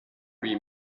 lui